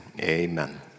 amen